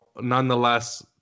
nonetheless